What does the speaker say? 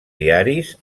diaris